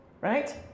Right